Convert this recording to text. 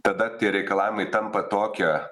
tada tie reikalavimai tampa tokie